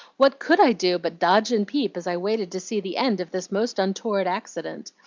what could i do but dodge and peep as i waited to see the end of this most untoward accident?